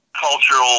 cultural